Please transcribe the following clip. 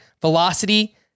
velocity